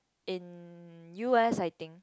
in U_S I think